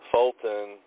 Fulton